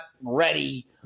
ready